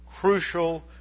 crucial